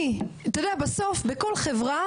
אתה יודע בסוף בכל חברה,